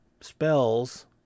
spells